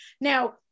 Now